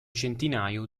centinaio